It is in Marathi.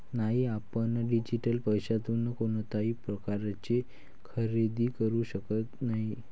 नाही, आपण डिजिटल पैशातून कोणत्याही प्रकारचे खरेदी करू शकत नाही